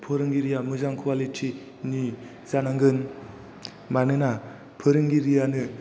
फोरोंगिरिया मोजां कुवालिटि नि जानांगोन मानोना फोरोंगिरियानो